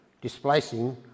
displacing